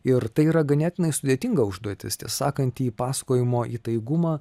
ir tai yra ganėtinai sudėtinga užduotis tiesą sakant į pasakojimo įtaigumą